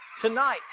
tonight